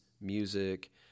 music